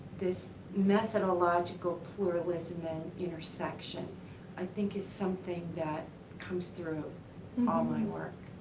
this methodological pluralism and intersection i think is something that comes through all my work.